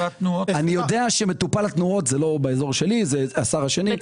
אני יודע שמטופל התנועות זה לא באזור שלי אלא השר השני.